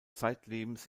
zeitlebens